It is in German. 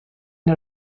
der